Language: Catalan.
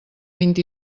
vint